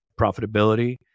profitability